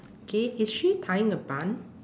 okay is she tying a bun